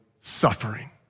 suffering